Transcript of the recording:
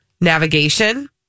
navigation